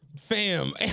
Fam